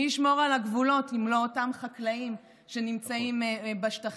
מי ישמור על הגבולות אם לא אותם חקלאים שנמצאים בשטחים,